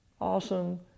awesome